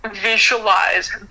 visualize